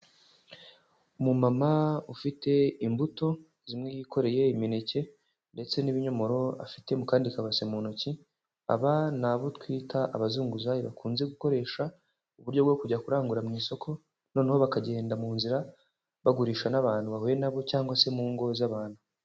Umumama ufite imbuto zimwe, yikoreye imineke ndetse n'ibinyomoro afite mu kandi kabase mu ntoki, aba ni bo twita abazunguzayi, bakunze gukoresha uburyo bwo kujya kurangura mu isoko noneho bakagenda mu nzira bagurisha n'abantu bahuye na bo, cyangwa se mu ngo z'abantu.